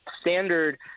standard